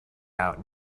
out